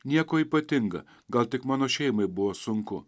nieko ypatinga gal tik mano šeimai buvo sunku